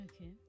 Okay